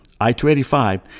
I-285